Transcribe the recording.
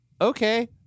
Okay